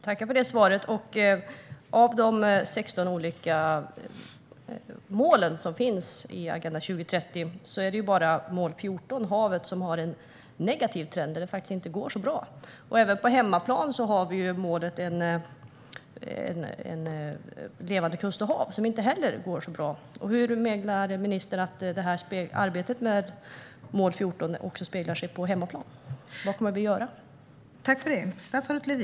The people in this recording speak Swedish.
Fru talman! Jag tackar för svaret. Av de 16 olika mål som finns i Agenda 2030 är det bara mål 14 om havet som har en negativ trend. Där går det inte så bra. Även på hemmaplan har vi målet om levande kust och hav som inte heller går så bra. Hur tänker ministern att arbetet med mål 14 också ska avspeglas här hemma? Vad kommer vi att göra?